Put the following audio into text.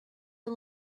and